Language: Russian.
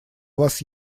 вас